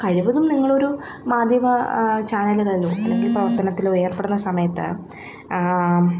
കഴിവതും നിങ്ങളൊരു മാധ്യമ ചാനൽ അല്ലെങ്കിൽ പ്രവർത്തനത്തിലോ ഏർപ്പെടുന്ന സമയത്ത്